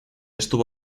está